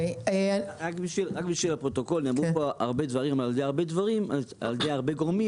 מן הסתם,